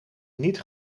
niet